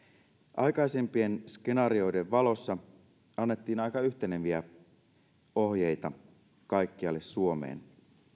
aikaisempien skenaarioiden valossa annettiin aika yhteneviä ohjeita kaikkialle suomeen